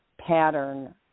pattern